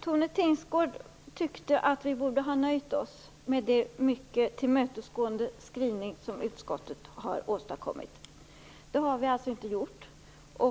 Tone Tingsgård tyckte att vi borde ha nöjt oss med den mycket tillmötesgående skrivning som utskottet har åstadkommit. Det har vi alltså inte gjort.